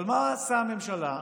אבל מה עושה הממשלה?